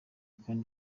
kandi